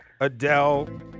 Adele